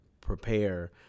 prepare